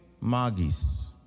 magis